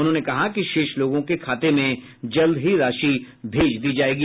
उन्होंने कहा कि शेष लोगों के खाते में जल्द ही राशि भेज दी जायेगी